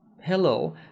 Hello